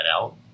out